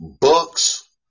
books